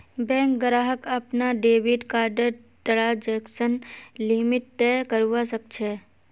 bank ग्राहक अपनार debit कार्डर ट्रांजेक्शन लिमिट तय करवा सख छ